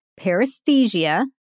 paresthesia